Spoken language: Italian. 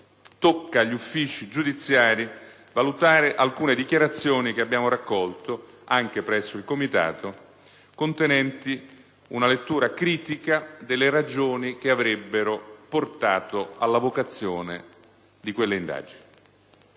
Tocca agli uffici giudiziari valutare alcune dichiarazioni che abbiamo raccolto, anche presso il Comitato, contenenti una lettura critica delle ragioni che avrebbero portato all'avocazione di quelle indagini.